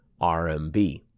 RMB